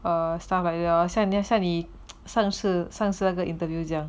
or stuff like that lor 像你上次上次那个 interview 这样